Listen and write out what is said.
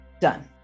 Done